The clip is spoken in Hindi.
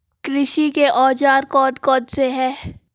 कृषि के औजार कौन कौन से हैं?